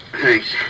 Thanks